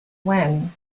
when